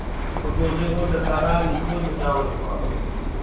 ꯐꯣꯇꯣꯁꯦ ꯑꯩꯉꯣꯟꯗ ꯇꯔꯥꯅꯤꯊꯣꯏꯃꯨꯛ ꯌꯥꯎꯋꯦꯕꯀꯣ